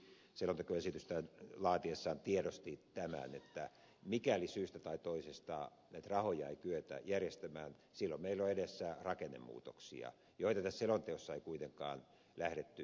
hallitus itsekin selontekoesitystään laatiessaan tiedosti tämän että mikäli syystä tai toisesta näitä rahoja ei kyetä järjestämään silloin meillä on edessä rakennemuutoksia joita tässä selonteossa ei kuitenkaan lähdetty kuvaamaan